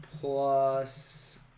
plus